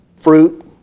fruit